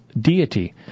deity